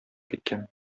киткән